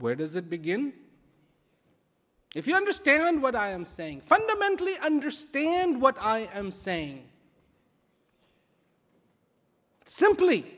where does it begin if you understand what i am saying fundamentally understand what i am saying simply